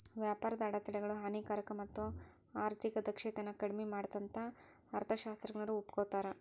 ವ್ಯಾಪಾರದ ಅಡೆತಡೆಗಳು ಹಾನಿಕಾರಕ ಮತ್ತ ಆರ್ಥಿಕ ದಕ್ಷತೆನ ಕಡ್ಮಿ ಮಾಡತ್ತಂತ ಅರ್ಥಶಾಸ್ತ್ರಜ್ಞರು ಒಪ್ಕೋತಾರ